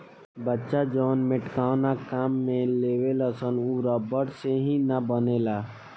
बच्चा जवन मेटकावना काम में लेवेलसन उ रबड़ से ही न बनेला